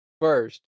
first